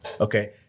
Okay